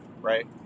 right